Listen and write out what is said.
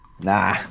Nah